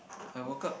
I woke up